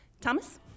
Thomas